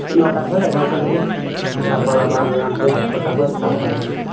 ᱱᱚᱴᱟ ᱠᱷᱚᱱ ᱮᱜᱟᱨᱚᱴᱟ ᱫᱷᱟᱹᱵᱤᱡ ᱛᱟᱯᱚᱨ ᱟᱵᱟᱨ ᱦᱟᱱᱛᱮ ᱪᱷᱚᱴᱟ ᱠᱷᱚᱱ ᱥᱟᱛᱴᱟ ᱫᱷᱟᱹᱵᱤᱡ